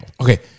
Okay